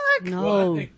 No